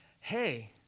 hey